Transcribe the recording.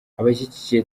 abashyigikiye